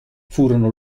furono